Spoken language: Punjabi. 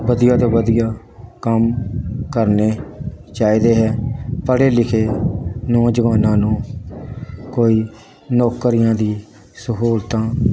ਵਧੀਆ ਤੋਂ ਵਧੀਆ ਕੰਮ ਕਰਨੇ ਚਾਹੀਦੇ ਹੈ ਪੜ੍ਹੇ ਲਿਖੇ ਨੌਜਵਾਨਾਂ ਨੂੰ ਕੋਈ ਨੌਕਰੀਆਂ ਦੀ ਸਹੂਲਤਾਂ